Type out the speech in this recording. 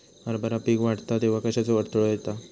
हरभरा पीक वाढता तेव्हा कश्याचो अडथलो येता?